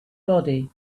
body